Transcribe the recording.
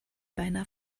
beinahe